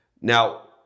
Now